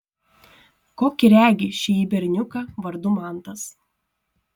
kokį regi šįjį berniuką vardu mantas